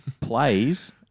plays